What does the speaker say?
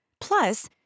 Plus